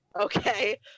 okay